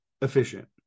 efficient